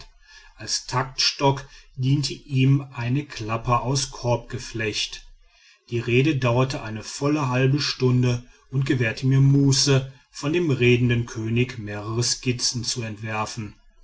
als taktstock diente ihm eine klapper aus korbgeflecht die rede dauerte eine volle halbe stunde und gewährte mir muße von dem redenden könig mehrere skizzen zu entwerfen